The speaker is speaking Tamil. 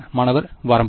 மாணவர் வரம்பு